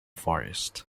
forest